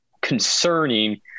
concerning –